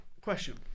question